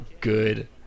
good